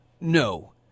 No